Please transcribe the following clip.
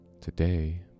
Today